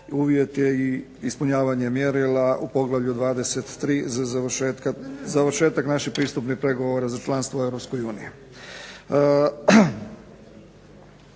uvjet je i ispunjavanje mjerila u Poglavlju 23. za završetak naših pristupnih pregovora za članstvo u EU.